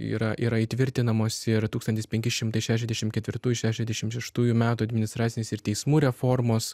yra yra įtvirtinamos ir tūkstantis penki šimtai šešiasdešim ketvirtųjų šešiasdešim šeštųjų metų administracinės ir teismų reformos